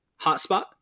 hotspot